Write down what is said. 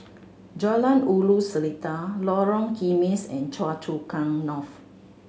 Jalan Ulu Seletar Lorong Kismis and Choa Chu Kang North